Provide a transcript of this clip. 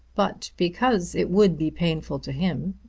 but because it would be painful to him,